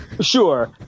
Sure